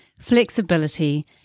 flexibility